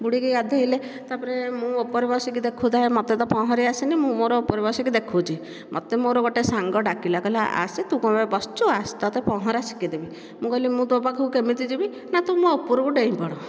ବୁଡ଼ିକି ଗାଧୋଇଲେ ତାପରେ ମୁଁ ଉପରେ ବସିକି ଦେଖୁଥାଏ ମୋତେ ତ ପହଁରି ଆସେନି ମୁଁ ମୋର ଉପରେ ବସିକି ଦେଖୁଛି ମୋତେ ମୋର ଗୋଟିଏ ସାଙ୍ଗ ଡ଼ାକିଲା କହିଲା ଆସେ ତୁ କ'ଣ ପାଇଁ ବସିଛୁ ଆସେ ତୋତେ ପହଁରା ଶିଖେଇଦେବି ମୁଁ କହିଲି ମୁଁ ତୋ ପାଖକୁ କେମିତି ଯିବି ନା ତୁ ମୋ ଉପରକୁ ଡେଇଁପଡ଼